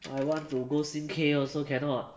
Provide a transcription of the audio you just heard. I want to go sing K also cannot